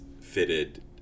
fitted